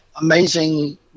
amazing